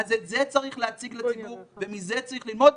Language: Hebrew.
את זה צריך להציג לציבור ומזה צריך ללמוד.